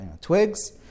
twigs